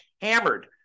hammered